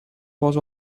was